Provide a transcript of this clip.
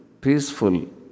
peaceful